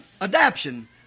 adaption